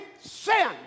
sin